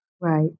Right